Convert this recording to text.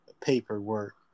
paperwork